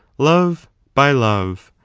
love by love,